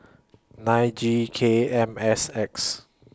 nine G K M S X